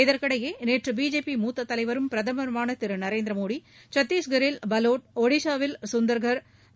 இதற்கிடையே நேற்று பிஜேபி மூத்த தலைவரும் பிரதமருமான நரேந்திர மோடி சத்தீஷ்கரில் பலோட் ஓடிசாவில் சுந்தர்கார்ஹ்